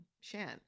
shan